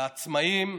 לעצמאים,